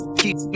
Keep